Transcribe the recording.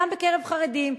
גם בקרב חרדים,